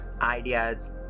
ideas